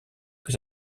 que